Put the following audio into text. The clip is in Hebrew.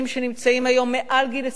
שהם מעל גיל 21,